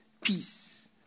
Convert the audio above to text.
peace